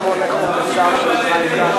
בדיוק.